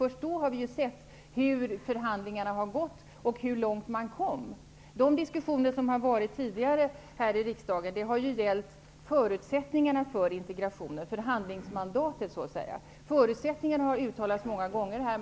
Först då har vi ju sett hur förhandlingarna har gått och hur långt man kom. De diskussioner som har förts tidigare här i riksdagen har gällt förutsättningarna för integrationen, förhandlingsmandatet så att säga. Förutsättningarna har uttalats många gånger här.